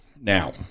Now